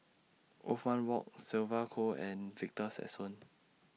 Othman Wok Sylvia Kho and Victor Sassoon